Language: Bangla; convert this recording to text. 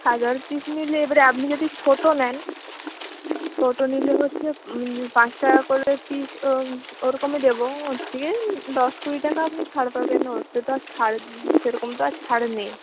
হাজার পিস নিলে এবরে আপনি যদি ছোটো নেন ছোটো নিলে হচ্ছে পাঁচ টাকা করে পিস ওরকমই দেবো দিয়ে দশ কুড়ি টাকা আপনি ছাড় পাবেন অতটা ছাড় সেরকম তো আর ছাড় নেই